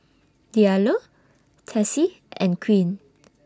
Diallo Tessie and Quinn